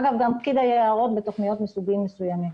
אגב, גם פקיד היערות בתוכניות מסוגים מסוימים.